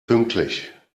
pünktlich